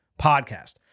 podcast